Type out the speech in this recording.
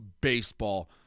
baseball